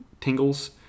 tingles